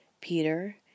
Peter